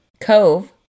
Cove